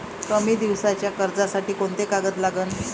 कमी दिसाच्या कर्जासाठी कोंते कागद लागन?